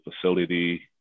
facility